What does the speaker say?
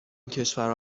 کشورها